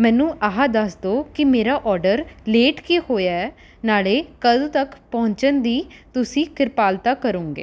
ਮੈਨੂੰ ਆਹਾ ਦੱਸ ਦੋ ਕਿ ਮੇਰਾ ਔਡਰ ਲੇਟ ਕੀ ਹੋਇਆ ਨਾਲੇ ਕਦ ਤੱਕ ਪਹੁੰਚਣ ਦੀ ਤੁਸੀਂ ਕ੍ਰਿਪਾਲਤਾ ਕਰੋਂਗੇ